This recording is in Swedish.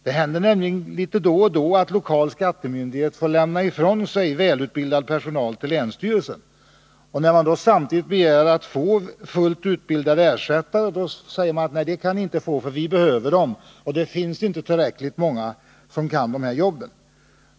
Det händer nämligen litet då och då att en lokal skattemyndighet får lämna ifrån sig välutbildad personal till länsstyrelsen, och när man då samtidigt begär att få fullt utbildade ersättare, blir svaret: Nej, det kan ni inte få, för vi behöver dem; det finns inte tillräckligt många som kan de här jobben.